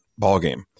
ballgame